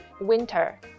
winter